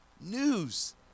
news